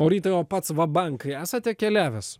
o rytai o pats vabank esate keliavęs